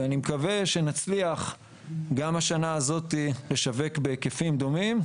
אני מקווה שנצליח גם השנה הזאת לשווק בהיקפים גדולים.